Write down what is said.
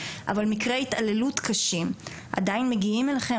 אבל מקרי התעללות קשים עדיין מגיעים אליכם?